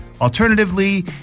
Alternatively